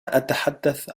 أتحدث